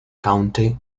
county